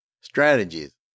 Strategies